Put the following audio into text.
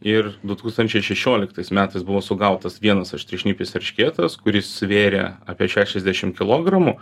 ir du tūkstančiai šešioliktais metais buvo sugautas vienas aštriašnipis eršketas kuris svėrė apie šešiasdešim kilogramų